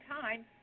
time